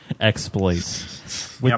Exploits